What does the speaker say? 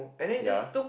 ya